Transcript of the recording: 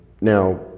now